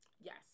yes